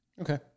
Okay